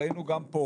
ראינו גם פה,